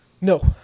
No